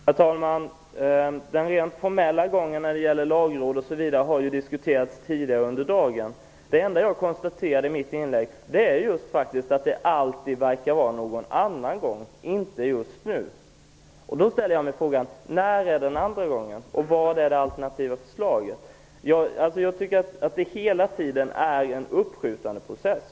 Herr talman! Den rent formella gången när det gäller Lagrådet osv. har diskuterats tidigare under dagen. Vad jag konstaterade i mitt inlägg var att det alltid skall ske någon annan gång, inte just nu. Jag ställer mig frågan: När är ''en annan gång'' och vilket är det alternativa förslaget? Jag tycker att det hela tiden pågår en uppskjutandeprocess.